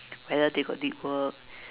whether they got did work